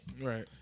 right